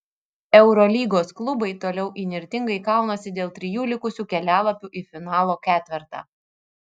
eurolygos klubai toliau įnirtingai kaunasi dėl trijų likusių kelialapių į finalo ketvertą